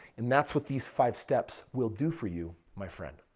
and that's what these five steps will do for you my friend.